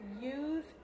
use